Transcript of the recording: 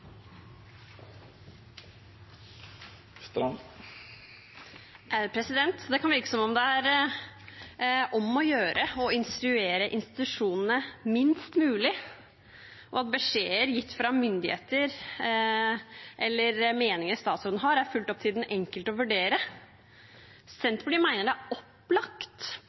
Det kan virke som om det er om å gjøre å instruere institusjonene minst mulig, og at beskjeder gitt fra myndigheter, eller meninger statsråden har, er fullt opp til den enkelte å vurdere. Senterpartiet mener det er opplagt